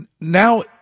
now